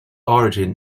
origin